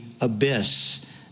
abyss